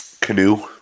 Canoe